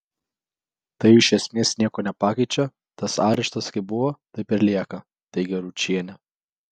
tai iš esmės nieko nepakeičia tas areštas kaip buvo taip ir lieka teigia ručienė